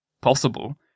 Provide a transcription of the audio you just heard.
possible